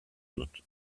dut